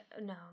No